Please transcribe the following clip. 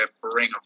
bring